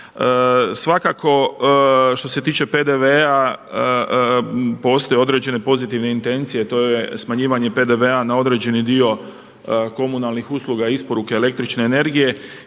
Svakako što se tiče PDV-a postoje određene pozitivne intencije, to je smanjivanje PDV-a na određeni dio komunalnih usluga i isporuke električne energije